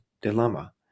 dilemma